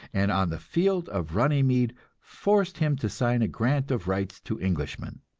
and on the field of runnymede forced him to sign a grant of rights to englishmen.